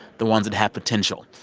the ones that have potential.